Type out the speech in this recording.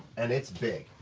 and it's big.